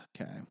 Okay